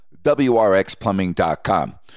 WRXplumbing.com